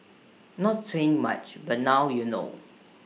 not saying much but now you know